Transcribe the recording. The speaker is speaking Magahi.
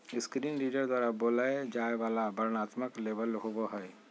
स्क्रीन रीडर द्वारा बोलय जाय वला वर्णनात्मक लेबल होबो हइ